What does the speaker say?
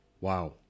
Wow